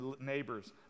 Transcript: neighbors